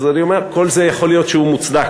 אז אני אומר, כל זה יכול להיות שהוא מוצדק,